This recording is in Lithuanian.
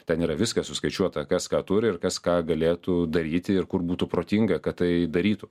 ten yra viskas suskaičiuota kas ką turi ir kas ką galėtų daryti ir kur būtų protinga kad tai darytų